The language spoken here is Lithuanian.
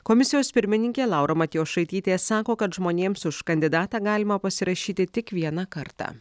komisijos pirmininkė laura matjošaitytė sako kad žmonėms už kandidatą galima pasirašyti tik vieną kartą